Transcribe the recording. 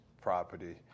property